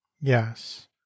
yes